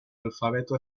alfabeto